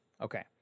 okay